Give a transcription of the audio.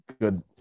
good